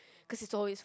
cause it's always